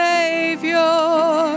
Savior